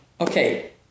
okay